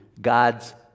God's